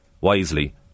wisely